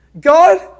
God